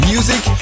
Music